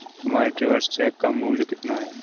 तुम्हारे travellers cheque का मूल्य कितना है?